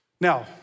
Now